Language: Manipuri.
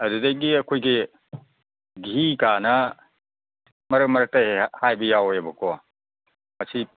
ꯑꯗꯨꯗꯒꯤ ꯑꯩꯈꯣꯏꯒꯤ ꯒꯤ ꯀꯥꯏꯅ ꯃꯔꯛ ꯃꯔꯛꯇ ꯍꯦꯛ ꯍꯥꯏꯕ ꯌꯥꯎꯋꯦꯕꯀꯣ ꯑꯁꯤ